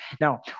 Now